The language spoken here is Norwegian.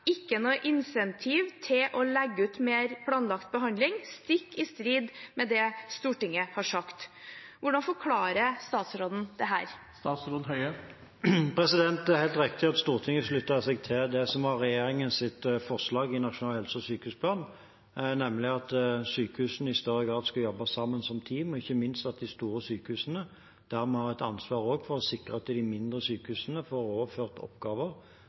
ikke noe incentiv til å legge ut mer planlagt behandling, stikk i strid med det Stortinget har sagt. Hvordan forklarer statsråden dette? Det er helt riktig at Stortinget sluttet seg til det som var regjeringens forslag i Nasjonal helse- og sykehusplan, nemlig at sykehusene i større grad skulle jobbe sammen som team, ikke minst de store sykehusene, der vi også har et ansvar for å sikre at de mindre sykehusene får overført oppgaver